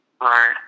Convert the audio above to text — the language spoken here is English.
Right